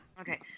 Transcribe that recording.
Okay